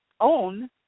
own